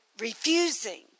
refusing